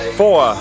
four